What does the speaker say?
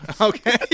Okay